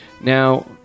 Now